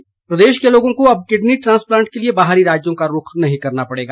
kidney transplant प्रदेश के लोगों को अब किडनी ट्रांसप्लांट के लिए बाहरी राज्यों का रूख नहीं करना पड़ेगा